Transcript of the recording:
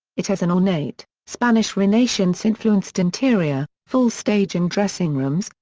it has an ornate, spanish renaissance-influenced interior, full stage and dressing rooms,